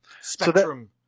spectrum